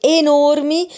enormi